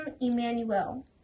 Emmanuel